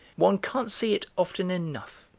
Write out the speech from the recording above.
one can't see it often enough.